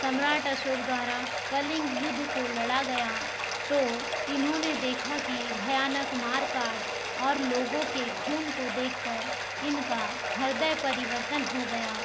सम्राट अशोक द्वारा कलिंग युद्ध को लड़ा गया तो इन्होंने देखा कि भयानक मार काट और लोगों के खून को देखकर इनका हृदय परिवर्तन हो गया